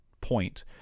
point